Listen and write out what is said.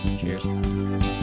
Cheers